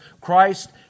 Christ